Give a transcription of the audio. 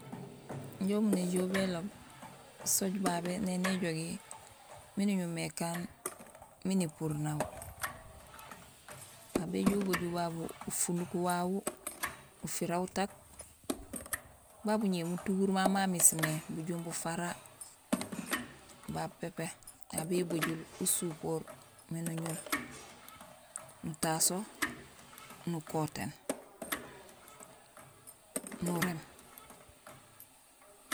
Injé umu néjool béloob sooj babé néni éjogi miin uñumé ékaan miin épuur nawu. Aw béjoow ubajul babu ufunuk wawu, ufira utaak, babu ñé mutuhur mau mamismé, bujumbufara, babu pépé, aw bébajul usupoor miin uñul: nutaso, nukotéén, nuréém